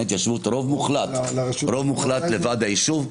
התיישבות יש רוב מוחלט לוועד היישוב.